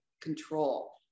control